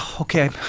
Okay